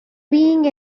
being